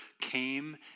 came